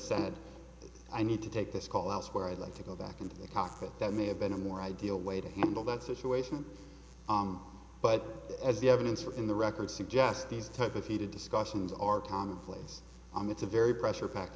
said i need to take this call out where i'd like to go back into the cockpit that may have been a more ideal way to handle that situation on but as the evidence or in the record suggest these type of heated discussions are commonplace on it's a very pressure pack